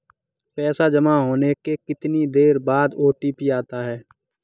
पैसा जमा होने के कितनी देर बाद ओ.टी.पी आता है?